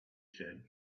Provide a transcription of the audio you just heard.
said